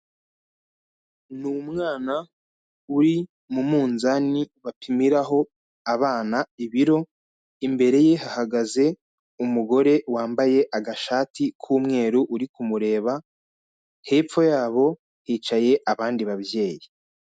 Ni umwana uri mu munzani bapimiraho abana ibiro, imbere ye hahagaze umugore wambaye agashati k'umweru uri kumureba, hepfo yabo hicaye abandi babyeyi.